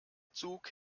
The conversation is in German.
zug